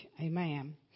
Amen